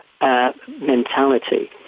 mentality